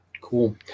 Cool